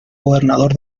gobernador